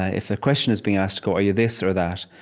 ah if a question is being asked, go, are you this or that?